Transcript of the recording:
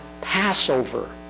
Passover